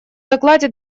докладе